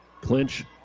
Clinch